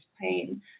pain